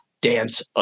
dance